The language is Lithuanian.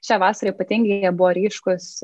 šią vasarą ypatingi jie buvo ryškūs